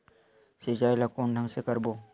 सिंचाई ल कोन ढंग से करबो?